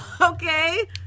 Okay